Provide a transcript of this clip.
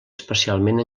especialment